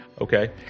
Okay